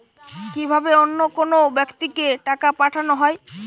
কি ভাবে অন্য কোনো ব্যাক্তিকে টাকা পাঠানো হয়?